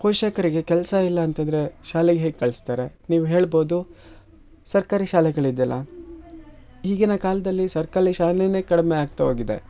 ಪೋಷಕರಿಗೆ ಕೆಲಸ ಇಲ್ಲ ಅಂತಂದರೆ ಶಾಲೆಗೆ ಹೇಗೆ ಕಳ್ಸ್ತಾರೆ ನೀವು ಹೇಳ್ಬೌದು ಸರ್ಕಾರಿ ಶಾಲೆಗಳಿದೆಯಲ್ಲ ಈಗಿನ ಕಾಲದಲ್ಲಿ ಸರ್ಕಾರಿ ಶಾಲೆನೇ ಕಡಿಮೆ ಆಗ್ತಾ ಹೋಗಿದೆ